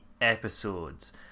episodes